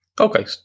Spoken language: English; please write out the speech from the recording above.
Okay